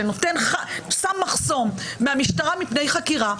ששם מחסום מהמשטרה מפני חקירה,